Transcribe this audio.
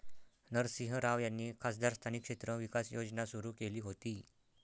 नरसिंह राव यांनी खासदार स्थानिक क्षेत्र विकास योजना सुरू केली होती